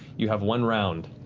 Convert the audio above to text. you have one round.